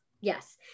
yes